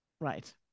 Right